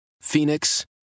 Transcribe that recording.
Phoenix